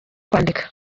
kwandika